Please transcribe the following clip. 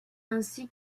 ainsi